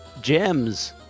gems